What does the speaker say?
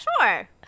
Sure